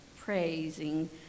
praising